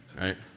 right